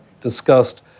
discussed